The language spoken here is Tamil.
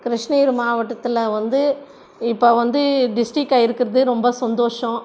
கிருஷ்ணகிரி மாவட்டத்தில் வந்து இப்போ வந்து டிஸ்டிக்காக இருக்கிறது ரொம்ப சந்தோஷம்